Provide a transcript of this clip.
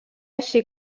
així